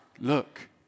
look